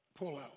pullout